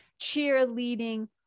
cheerleading